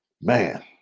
Man